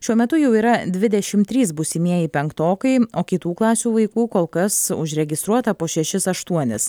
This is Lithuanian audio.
šiuo metu jau yra dvidešim trys būsimieji penktokai o kitų klasių vaikų kol kas užregistruota po šešis aštuonis